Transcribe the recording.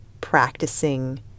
practicing